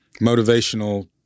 motivational